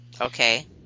Okay